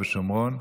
תודה רבה.